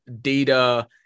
data